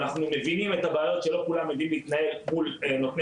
אנחנו מבינים את הבעיות שלא כולם יודעים להתנהל מול נותני